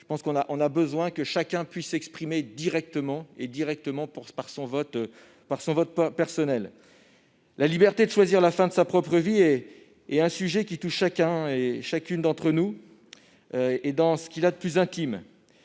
il serait bon que chacun puisse s'exprimer directement par son vote personnel. La liberté de choisir la fin de sa propre vie est un sujet qui touche chacun d'entre nous dans ce qu'il a de plus intime.